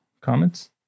comments